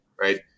right